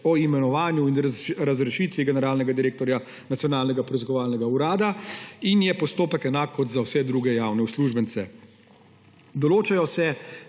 o imenovanju in razrešitvi generalnega direktorja Nacionalnega preiskovalnega urada in je postopek enak kot za vse druge javne uslužbence. Določajo se